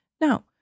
Now